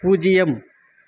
பூஜ்யம்